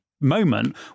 Moment